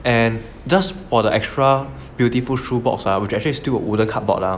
and just for the extra beautiful shoebox ah it's actually still a wooden cardboard ah